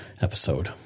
episode